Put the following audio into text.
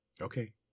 Okay